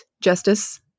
justice